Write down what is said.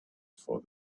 for